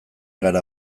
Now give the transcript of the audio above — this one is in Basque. gara